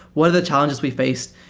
what are the challenges we faced?